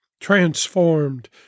transformed